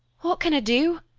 what can i do?